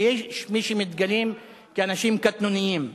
ויש מי שמתגלים כאנשים קטנוניים.